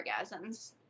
orgasms